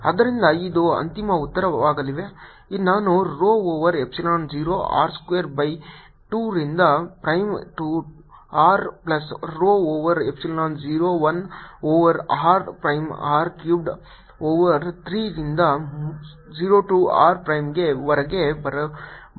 ಆದ್ದರಿಂದ ಇದು ಅಂತಿಮ ಉತ್ತರವಾಗಲಿದೆ ನಾನು rho over epsilon 0 r square by 2 ರಿಂದ r prime to R plus rho over epsilon 0 1 over r prime r cubed over 3 ರಿಂದ 0 ಟು r ಪ್ರೈಮ್ ವರೆಗೆ ಬರೆಯಬಹುದು